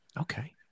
Okay